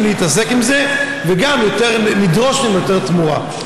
לעסוק בזה וגם נדרוש מהם יותר תמורה.